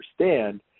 understand